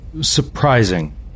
surprising